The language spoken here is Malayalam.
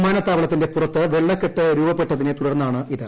വിമാനത്താവളത്തിന്റെ പുറത്ത് വെള്ളക്കെട്ട് രൂപപ്പെട്ടതിനെ തുടർന്നാണിത്